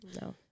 No